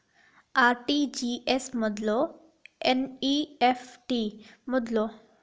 RTGS ಮಾಡ್ಲೊ NEFT ಮಾಡ್ಲೊ?